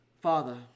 Father